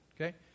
okay